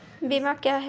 बीमा क्या हैं?